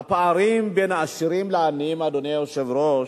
והפערים בין העשירים לעניים, אדוני היושב-ראש,